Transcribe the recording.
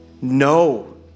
No